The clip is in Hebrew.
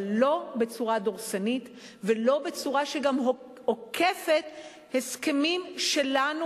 אבל לא בצורה דורסנית ולא בצורה שגם עוקפת הסכמים שיש לנו.